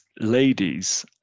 ladies